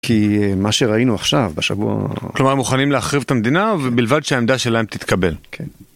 כי מה שראינו עכשיו בשבוע... כלומר מוכנים להחריב את המדינה ובלבד שהעמדה שלהם תתקבל.